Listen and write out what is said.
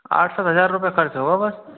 आठ सौ हज़ार रुपये खर्च होगा बस